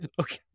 Okay